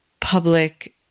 public